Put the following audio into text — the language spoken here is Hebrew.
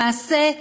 למעשה,